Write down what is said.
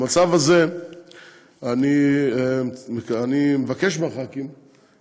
במצב הזה אני מבקש מחברי הכנסת,